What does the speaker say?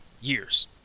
years